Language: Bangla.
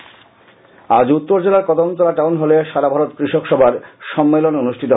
কৃষকসভা আজ উত্তর জেলার কদমতলা টাউন হলে সারা ভারত কৃষক সভার সম্মেলন অনুষ্ঠিত হয়